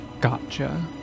Gotcha